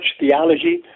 theology